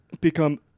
become